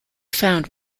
found